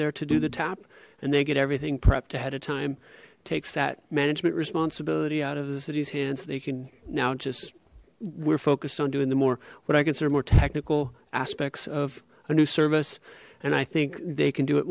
there to do the tap and they get everything prepped ahead of time takes that management responsibility out of the city's hands they can now just we're focused on doing the more what i consider more technical aspects of a new service and i think they can do it